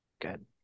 Good